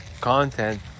Content